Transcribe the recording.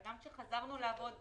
וגם כשחזרנו לעבוד,